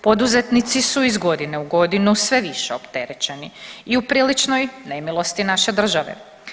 Poduzetnici su iz godine u godinu sve više opterećeni i u priličnoj nemilosti naše države.